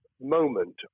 moment